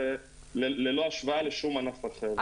ללא השוואה לשום ענף אחר.